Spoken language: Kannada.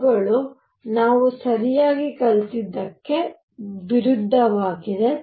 ಇವುಗಳು ನಾವು ಸರಿಯಾಗಿ ಕಲಿತದ್ದಕ್ಕೆ ವಿರುದ್ಧವಾಗಿವೆ